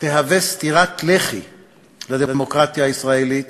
יהווה סטירת לחי לדמוקרטיה הישראלית